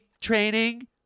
training